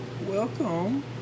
Welcome